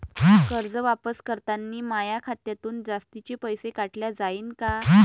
कर्ज वापस करतांनी माया खात्यातून जास्तीचे पैसे काटल्या जाईन का?